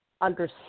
understand